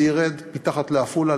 זה ירד מתחת לעפולה,